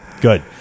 good